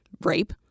rape